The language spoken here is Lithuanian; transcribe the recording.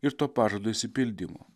ir to pažado išsipildymo